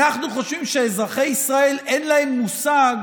אנחנו חושבים שאזרחי ישראל, אין להם מושג